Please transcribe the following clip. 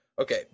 Okay